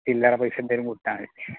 ചില്ലറ പൈസ എന്തേലും കൊടുത്താൽ മതി